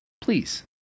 please